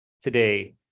today